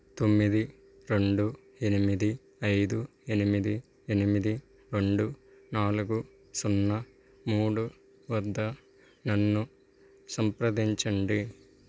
తొమ్మిది రెండు ఎనిమిది ఐదు ఎనిమిది ఎనిమిది రెండు నాలుగు సున్నా మూడు వద్ద నన్ను సంప్రదించండి